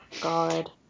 God